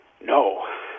No